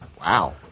wow